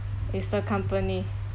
is the company